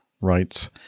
writes